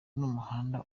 n’umuhanda